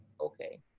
okay